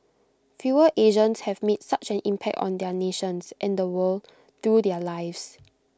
fewer Asians have made such an impact on their nations and the world through their lives